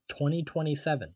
2027